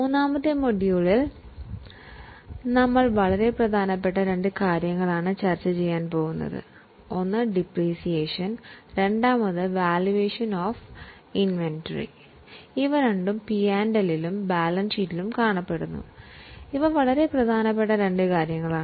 ഇപ്പോൾ മൊഡ്യൂൾ 3 ൽ നമ്മൾ രണ്ട് പ്രധാന കാര്യങ്ങൾ ചർച്ചചെയ്യാൻ പോകുന്നു ഒന്ന് ഡിപ്രീസിയേഷൻ മറ്റൊന്ന് ഇൻവെന്ററിയുടെ മൂല്യനിർണ്ണയമാണ് കാരണം ഇവ രണ്ടും പ്രോഫിറ്റ് ആൻഡ് ലോസ് അക്കൌണ്ടിലും ബാലൻസ് ഷീറ്റിലും വളരെ പ്രധാനപ്പെട്ട ഇനങ്ങളാണ്